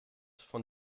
von